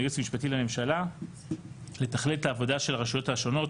מהייעוץ המשפטי לממשלה לתכלל את העבודה של הרשויות השונות,